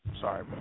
Sorry